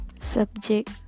subject